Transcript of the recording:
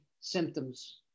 symptoms